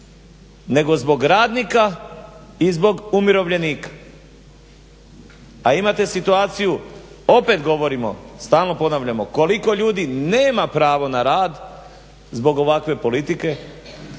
nego zbog radnika i zbog umirovljenika. A imate situaciju, opet govorimo, stalno ponavljamo koliko ljudi nema pravo na rad zbog ovakve politike,